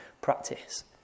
practice